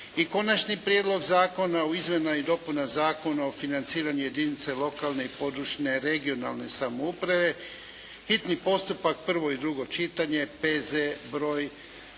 5. Konačni prijedlog zakona o izmjenama i dopunama Zakona o financiranju jedinica lokalne i područne (regionalne) samouprave. Hitni je postupak, P.Z. broj